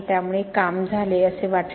त्यामुळे काम झाले असे वाटले